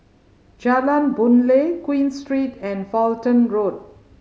Jalan Boon Lay Queen Street and Fulton Road